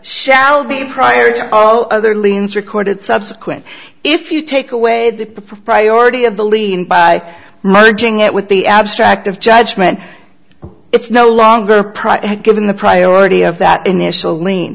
shall be prior to all other liens recorded subsequent if you take away the priority of the lien by merging it with the abstract of judgment it's no longer given the priority of that initial l